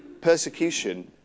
persecution